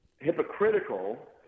hypocritical